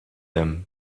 them